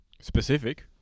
Specific